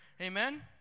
Amen